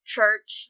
Church